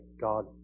God